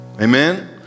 Amen